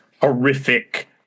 horrific